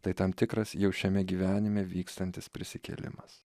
tai tam tikras jau šiame gyvenime vykstantis prisikėlimas